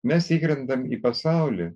mes įkrentam į pasaulį